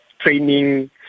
training